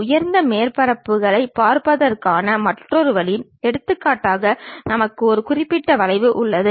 ஒன்று பல தோற்ற எறியம் மற்றொன்று ஆக்சோனோமெட்ரிக் எறியம் ஆகும்